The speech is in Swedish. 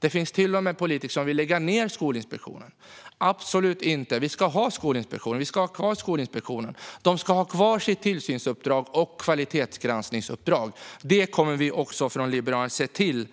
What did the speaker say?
Det finns till och med politiker som vill lägga ned Skolinspektionen. Absolut inte! Vi ska ha kvar Skolinspektionen, som ska ha kvar sitt tillsynsuppdrag och kvalitetsgranskningsuppdrag. Det kommer vi från Liberalerna att se till